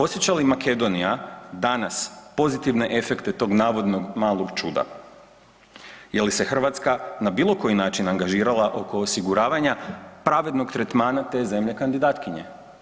Osjeća li Makedonija danas pozitivne efekte tog navodnog malog čuda, je li se Hrvatska na bilo koji način angažirala oko osiguravanja pravednog tretmana te zemlje kandidatkinje?